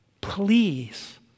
Please